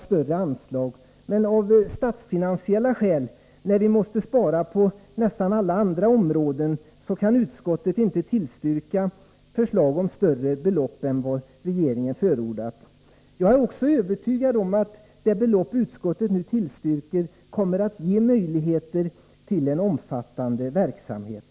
Men i ett läge där vi av statsfinansiella skäl måste göra besparingar på nästan alla andra områden kan inte utskottet tillstyrka förslag om större belopp än vad regeringen har förordat. Jag är dock övertygad om att det belopp utskottet nu tillstyrker kommer att ge möjligheter till en omfattande verksamhet.